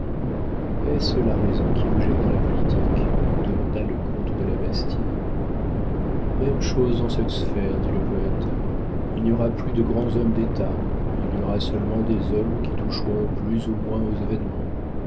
est-ce la raison qui vous jette dans la politique demanda le comte de la bastie même chose dans cette sphère dit le poëte il n'y aura plus de grands hommes d'état il y aura seulement des hommes qui toucheront plus ou moins aux événements